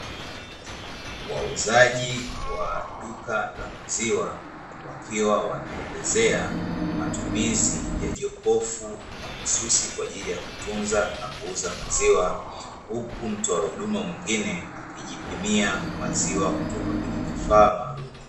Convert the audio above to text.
Wauzaji wa duka la maziwa wakiwa wanaelezea matumizi ya jokofu mahususi kwa ajili ya kutunza na kuuza maziwa, huku mtoa huduma mwingine akijipimia maziwa kutoka kwenye kifaa maalumu.